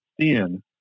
thin